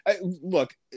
look